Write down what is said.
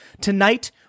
Tonight